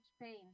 pain